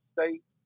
State